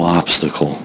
obstacle